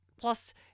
Plus